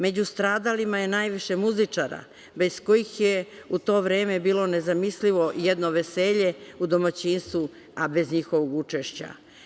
Među stradalima je najviše muzičara bez kojih je u to vreme bilo nezamislivo jedno veselje u domaćinstvu, a bez njihovog učešća.